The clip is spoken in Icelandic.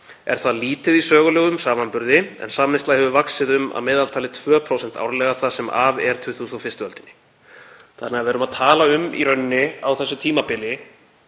Er það lítið í sögulegum samanburði en samneysla hefur vaxið um að meðaltali 2% árlega það sem af er 21. öldinni. “ Við erum að tala um á þessu tímabili